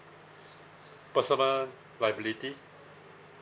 personal liability